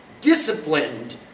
disciplined